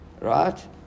right